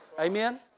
amen